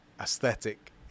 aesthetic